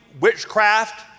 witchcraft